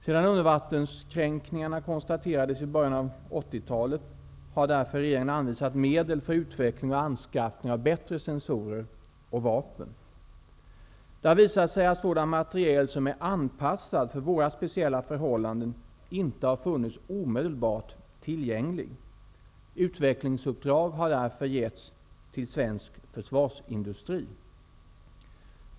Sedan undervattenskränkningarna konstaterades i början av 80-talet, har därför regeringen anvisat medel för utveckling och anskaffning av bättre sensorer och vapen. Det har visat sig att sådan materiel som är anpassad för våra speciella förhållanden inte har funnits omedelbart tillgänglig. Utvecklingsuppdrag har därför getts till svensk försvarsindustri.